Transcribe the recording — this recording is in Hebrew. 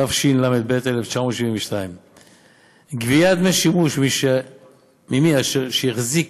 התשל"ב 1972. גביית דמי שימוש ממי שהחזיק